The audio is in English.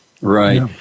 Right